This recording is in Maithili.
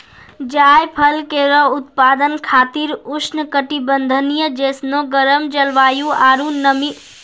जायफल केरो उत्पादन खातिर उष्ण कटिबंधीय जैसनो गरम जलवायु आरु नमी वाला वातावरण जरूरी होय छै